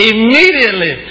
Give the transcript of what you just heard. Immediately